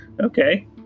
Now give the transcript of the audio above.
Okay